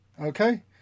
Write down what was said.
Okay